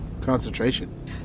concentration